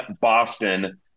Boston